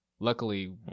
Luckily